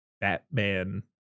Batman